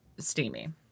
steamy